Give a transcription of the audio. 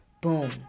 Boom